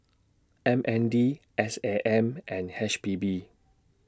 M N D S A M and H P B